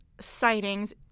sightings